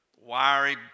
wiry